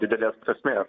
didelės prasmės